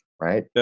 Right